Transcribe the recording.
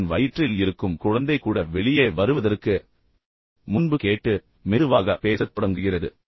தாயின் வயிற்றில் இருக்கும் குழந்தை கூட முதலில் தொடங்குகிறது என்று நம்பப்படுகிறது அது வெளியே வருவதற்கு முன்பு கேட்டு பின்னர் மெதுவாக பேசத் தொடங்குகிறது